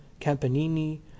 Campanini